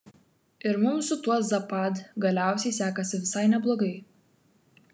ir mums su tuo zapad galiausiai sekasi visai neblogai